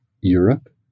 Europe